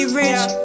rich